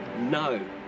no